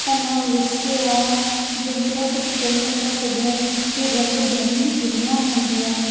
अन विषय आहे जंहिं जंहिं लाइ कुझु चई नथा सघूं ही रंग बिरंगी दुनिया हूंदी आहे